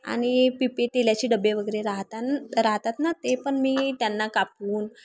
आणि पिपे तेलाचे डबे वगैरे राहत् राहतात ना ते पण मी त्यांना कापून